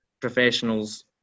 professionals